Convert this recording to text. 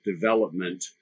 development